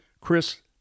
Chris